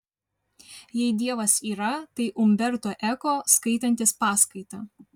jei dievas yra tai umberto eko skaitantis paskaitą